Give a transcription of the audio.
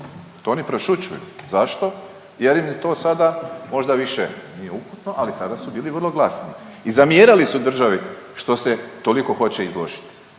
To oni prešućuju. Zašto? Jer im je to sada možda više nije upitno, ali tada su bili vrlo glasni i zamjerali su državi što se toliko hoće izložiti